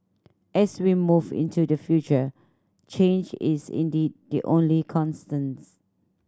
as we move into the future change is indeed the only constants